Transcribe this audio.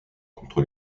contre